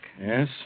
Yes